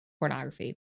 pornography